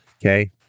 okay